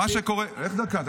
איך דקה?